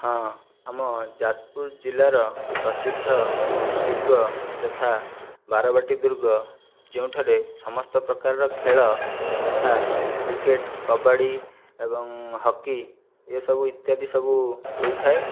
ହଁ ଆମ ଯାଜପୁର ଜିଲ୍ଲାର ପ୍ରସିଦ୍ଧ ଦୁର୍ଗ ଯଥା ବାରବାଟୀ ଦୁର୍ଗ ଯେଉଁଠାରେ ସମସ୍ତ ପ୍ରକାରର ଖେଳ ଯଥା କ୍ରିକେଟ୍ କବାଡ଼ି ଏବଂ ହକି ଇଏ ସବୁ ଇତ୍ୟାଦି ସବୁ ହୋଇଥାଏ